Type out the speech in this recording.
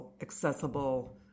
accessible